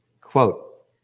quote